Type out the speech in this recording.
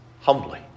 humbly